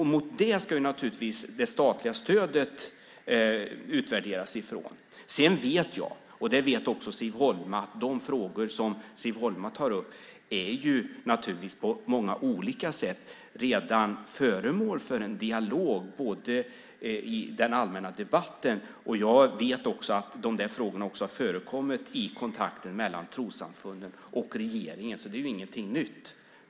Mot det ska naturligtvis det statliga stödet utvärderas. Jag vet, och det vet också Siv Holma, att de frågor som Siv Holma tar upp på många olika sätt redan är föremål för en dialog, i den allmänna debatten, och jag vet också att de frågorna har förekommit i kontakten mellan trossamfunden och regeringen. Så det är inte något nytt.